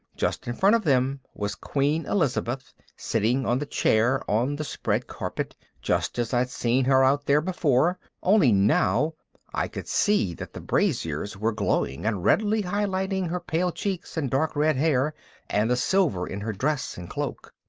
just in front of them was queen elizabeth sitting on the chair on the spread carpet, just as i'd seen her out there before only now i could see that the braziers were glowing and redly high-lighting her pale cheeks and dark red hair and the silver in her dress and cloak.